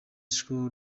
school